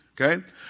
okay